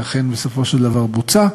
שאכן בסופו של דבר בוצע.